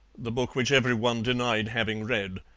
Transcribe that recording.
the book which every one denied having read.